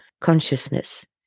consciousness